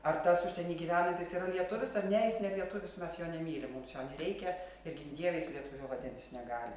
ar tas užsieny gyvenantis yra lietuvis ar ne jis ne lietuvis mes jo nemylim mums jo nereikia ir gink dieve jis lietuviu vadintis negali